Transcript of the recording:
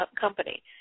company